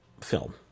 film